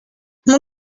mon